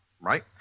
right